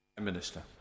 Minister